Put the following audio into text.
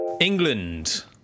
England